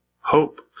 hope